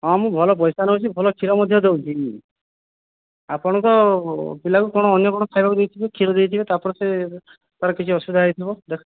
ହଁ ମୁଁ ଭଲ ପଇସା ନେଉଛି ଭଲ କ୍ଷୀର ମଧ୍ୟ ଦେଉଛି ଆପଣଙ୍କ ପିଲାକୁ କ'ଣ ଅନ୍ୟ କ'ଣ ଖାଇବାକୁ ଦେଇଥିବେ କ୍ଷୀର ଦେଇଥିବେ ତାପରେ ସେ ତାର କିଛି ଅସୁବିଧା ହୋଇଥିବ ଦେଖ